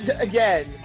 again